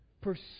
Pursue